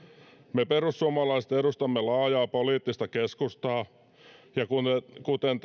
me perussuomalaiset edustamme laajaa poliittista keskustaa ja kuten